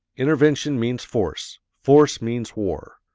intervention means force. force means war.